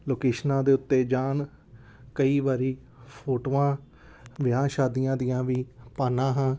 ਲੋਕੇਸ਼ਨਾਂ ਦੇ ਉੱਤੇ ਜਾਣ ਕਈ ਵਾਰੀ ਫੋਟੋਆਂ ਵਿਆਹ ਸ਼ਾਦੀਆਂ ਦੀਆਂ ਵੀ ਪਾਉਂਦਾ ਹਾਂ